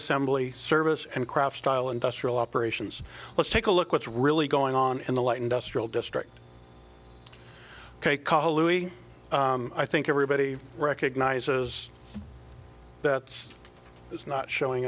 assembly service and crafts style industrial operations let's take a look what's really going on in the light industrial district kcal louis i think everybody recognizes that it's not showing